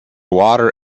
water